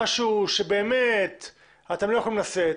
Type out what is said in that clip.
משהו שבאמת אתם לא יכולים לשאת